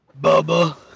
Bubba